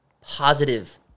positive